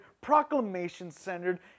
proclamation-centered